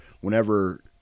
whenever